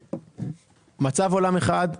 מצב עולם אחד,